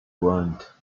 want